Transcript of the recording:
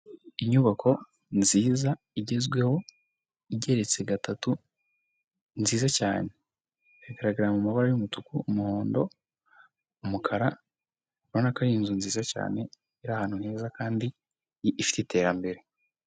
Inyubako nziza igezweho igeretse gatatu nziza cyane igaragara mu mabara y'umutuku, umuhondo, umukara urabona ko ari inzu nziza cyane iri ahantu heza kandi ifite iterambere.